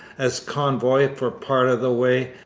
as convoy for part of the way,